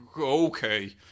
Okay